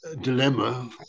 dilemma